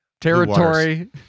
territory